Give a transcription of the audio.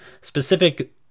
specific